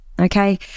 okay